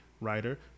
writer